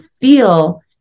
feel